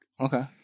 Okay